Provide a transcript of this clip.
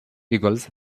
equals